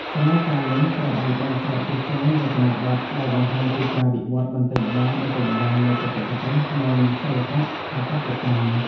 សម័យកាលនេះត្រូវបានបែងចែកជាច្រើនរចនាបថ ដែលបង្ហាញពីការវិវត្តន៍បន្តិចម្តងៗនៃបច្ចេកទេស និងសិល្បៈស្ថាបត្យកម្ម។